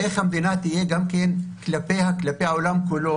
איך המדינה תהיה כלפי העולם כולו?